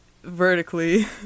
vertically